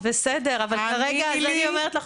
האמיני לי,